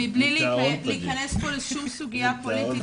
מבלי להיכנס לשום סוגיה פוליטית,